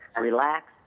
relax